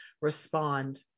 Respond